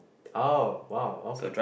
oh !wow! okay